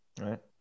Right